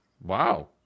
wow